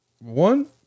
one